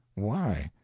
why?